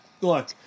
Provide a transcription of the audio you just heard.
look